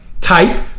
type